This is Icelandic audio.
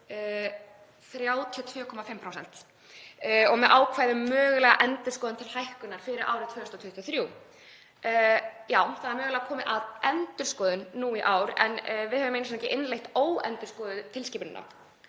32,5% og með ákvæði um mögulega endurskoðun til hækkunar fyrir árið 2023. Það er eiginlega komið að endurskoðun nú í ár en við höfum ekki einu sinni innleitt óendurskoðuðu tilskipunina.